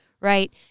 right